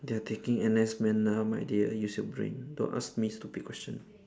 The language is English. they are taking N_S men lah my dear use your brain don't ask me stupid question